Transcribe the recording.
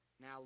now